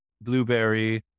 blueberry